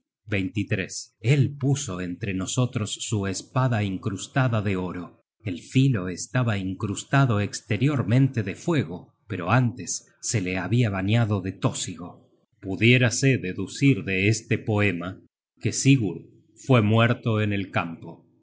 príncipe el puso entre nosotros su espada incrustada de oro el filo estaba incrustado esteriormente de fuego pero antes se le habia bañado de tósigo content from google book search generated at pudiérase deducir de este poema que sigurd fue muerto en el campo